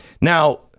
Now